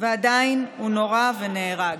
ועדיין הוא נורה ונהרג.